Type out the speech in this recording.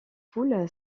poule